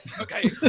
Okay